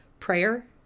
Prayer